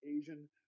Asian